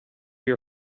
your